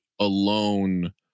alone